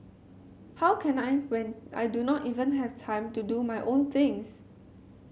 how can I when I do not even have time to do my own things